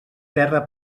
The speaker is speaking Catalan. terra